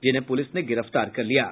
जिन्हें पुलिस ने गिरफ्तार कर लिया है